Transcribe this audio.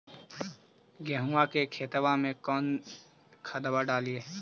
गेहुआ के खेतवा में कौन खदबा डालिए?